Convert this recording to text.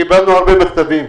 קיבלנו הרבה מכתבים,